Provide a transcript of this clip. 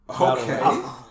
okay